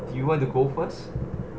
do you want to go first